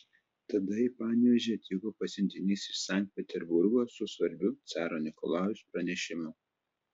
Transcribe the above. tada į panevėžį atvyko pasiuntinys iš sankt peterburgo su svarbiu caro nikolajaus pranešimu